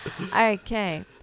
Okay